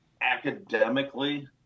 academically